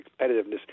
competitiveness